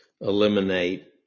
eliminate